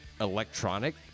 electronic